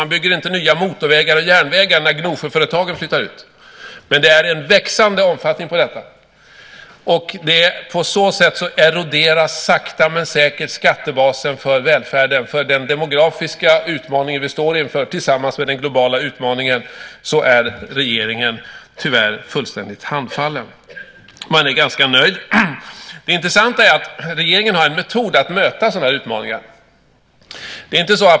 Man bygger inte nya motorvägar och järnvägar när Gnosjöföretagen flyttar ut, men det är en växande omfattning på detta. På så sätt eroderas sakta men säkert skattebasen för välfärden. Inför den demografiska utmaning vi står inför tillsammans med den globala utmaningen står regeringen tyvärr fullständigt handfallen. Man är ganska nöjd. Det intressanta är att regeringen har en metod att möta sådana här utmaningar.